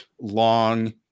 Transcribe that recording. long